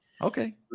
Okay